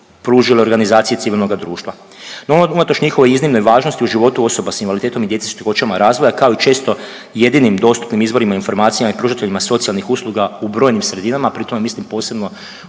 pružile organizacije civilnog društva. No unatoč njihovih iznimnoj važnosti u životu osoba s invaliditetom i djece s teškoćama razvoja kao i često jedinim dostupnim izvorima informacijama i pružateljima socijalnim usluga u brojnim sredinama, pri tome mislim posebno